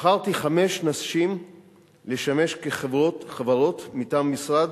בחרתי חמש נשים לשמש כחברות מטעם המשרד